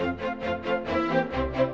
and and